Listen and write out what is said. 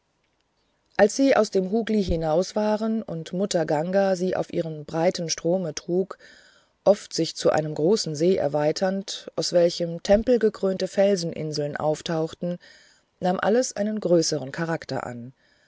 als sie aus dem hugli hinaus waren und mutter ganga sie auf ihrem breiten strome trug oft sich zu einem großen see erweiternd aus welchem tempelgekrönte felseninseln emportauchten nahm alles einen größeren charakter an